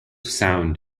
sound